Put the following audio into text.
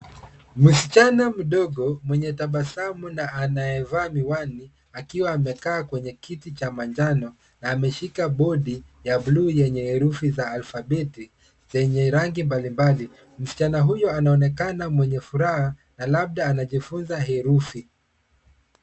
Msichana mdogo mwenye tabasamu na anayevaa miwani, akiwa amekaa kwenye kiti cha manjano, na ameshika bodi ya blue , yenye herufi za alfabeti yenye rangi mbali mbali. Msichana huyo anaonekana mwenye furaha na labda anajifunza herufi.